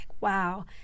wow